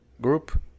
group